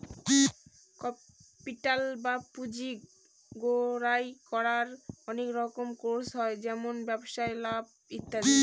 capital বা পুঁজি জোগাড় করার অনেক রকম সোর্স হয় যেমন ব্যবসায় লাভ ইত্যাদি